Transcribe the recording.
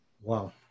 Wow